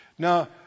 Now